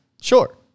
Sure